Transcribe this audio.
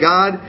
God